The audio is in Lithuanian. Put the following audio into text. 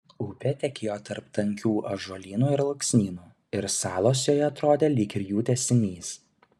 upė tekėjo tarp tankių ąžuolynų ir alksnynų ir salos joje atrodė lyg ir jų tęsinys